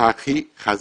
הכי חזק?